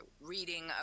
reading